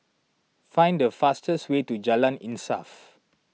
find the fastest way to Jalan Insaf